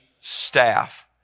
Staff